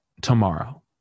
tomorrow